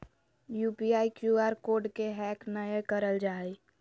UPI, Q R code के hack नयय करल जा हइ